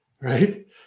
right